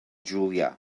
julia